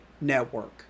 network